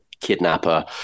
kidnapper